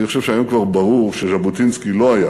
אני חושב שהיום כבר ברור שז'בוטינסקי לא היה